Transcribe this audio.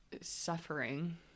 suffering